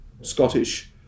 Scottish